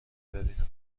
ببینم